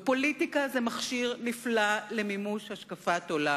ופוליטיקה זה מכשיר נפלא למימוש השקפת עולם.